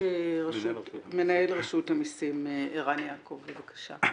מנהל רשות המיסים, ערן יעקב, בבקשה.